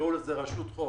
תקראו לזה רשות חוף,